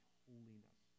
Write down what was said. holiness